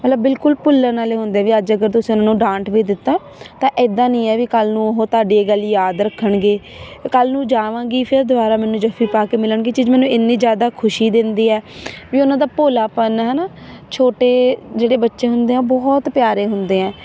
ਮਤਲਬ ਬਿਲਕੁਲ ਭੁੱਲਣ ਵਾਲੇ ਹੁੰਦੇ ਵੀ ਅੱਜ ਅਗਰ ਤੁਸੀਂ ਉਹਨਾਂ ਨੂੰ ਡਾਂਟ ਵੀ ਦਿੱਤਾ ਤਾਂ ਇੱਦਾਂ ਨਹੀਂ ਹੈ ਵੀ ਕੱਲ੍ਹ ਨੂੰ ਉਹ ਤੁਹਾਡੀ ਇਹ ਗੱਲ ਯਾਦ ਰੱਖਣਗੇ ਕੱਲ੍ਹ ਨੂੰ ਜਾਵਾਂਗੀ ਫਿਰ ਦੁਬਾਰਾ ਮੈਨੂੰ ਜੱਫੀ ਪਾ ਕੇ ਮਿਲਣਗੇ ਇਹ ਚੀਜ਼ ਮੈਨੂੰ ਇੰਨੀ ਜ਼ਿਆਦਾ ਖੁਸ਼ੀ ਦਿੰਦੀ ਹੈ ਵੀ ਉਹਨਾਂ ਦਾ ਭੋਲਾਪਣ ਹੈ ਨਾ ਛੋਟੇ ਜਿਹੜੇ ਬੱਚੇ ਹੁੰਦੇ ਆ ਬਹੁਤ ਪਿਆਰੇ ਹੁੰਦੇ ਆ